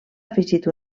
afegit